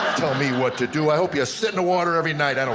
tell me what to do. i hope you sit in the water every night, i don't